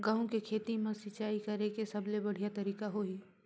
गंहू के खेती मां सिंचाई करेके सबले बढ़िया तरीका होही?